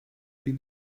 would